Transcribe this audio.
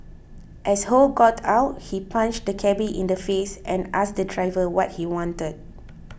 as Ho got out he punched the cabby in the face and asked the driver what he wanted